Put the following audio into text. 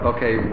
Okay